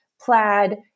plaid